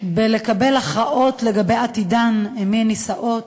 לקבל הכרעות לגבי עתידן: למי הן נישאות,